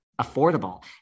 affordable